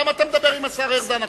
למה אתה מדבר עם השר ארדן עכשיו?